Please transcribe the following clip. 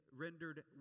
rendered